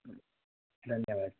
ધન્યવાદ